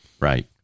Right